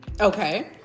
Okay